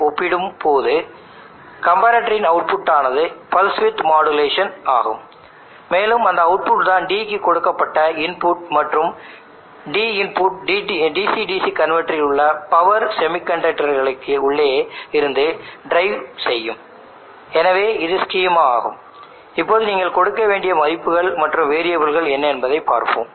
இப்போது நாம் ரெஃபரன்ஸ் ஆக எதை கொடுக்க விரும்புகிறோம் ஃபீட்பேக் சிக்னலாக எதை கொடுக்க விரும்புகிறோம்